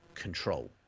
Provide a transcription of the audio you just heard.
control